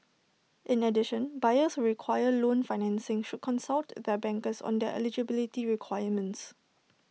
in addition buyers require loan financing should consult their bankers on their eligibility requirements